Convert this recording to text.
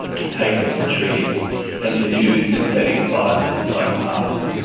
to paper from trees and to new synthetic fibres like nylon.